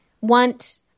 want